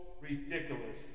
ridiculous